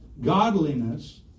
godliness